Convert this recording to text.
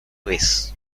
vez